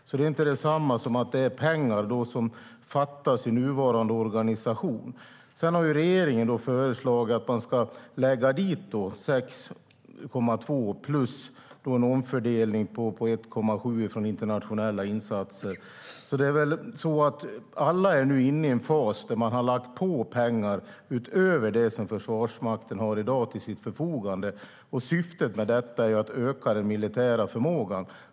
Men det är inte detsamma som att det är pengar som fattas i nuvarande organisation. Regeringen har föreslagit att man ska lägga dit 6,2 miljarder samt göra en omfördelning på 1,7 miljarder från internationella insatser. Alla är nu inne i en fas där man har lagt på pengar utöver det som Försvarsmakten i dag har till sitt förfogande. Syftet med detta är att öka den militära förmågan.